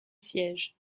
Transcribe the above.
siège